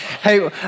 Hey